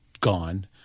gone